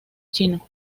chino